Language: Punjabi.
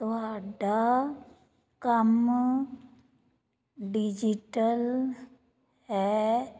ਤੁਹਾਡਾ ਕੰਮ ਡਿਜੀਟਲ ਹੈ